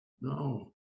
No